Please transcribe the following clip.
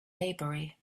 maybury